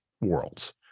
worlds